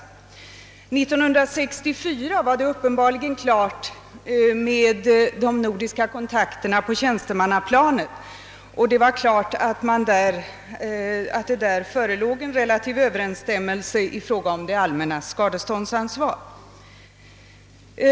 År 1964 var det uppenbarligen klart med de nordiska kontakterna på tjänstemannaplanet, och det förelåg tydligen relativ överensstämmelse rörande det allmännas skadeståndsansvar.